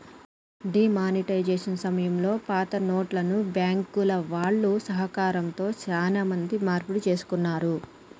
D monetisation సమయంలో పాతనోట్లను బ్యాంకుల వాళ్ళ సహకారంతో చానా మంది మార్పిడి చేసుకున్నారు